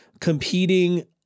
competing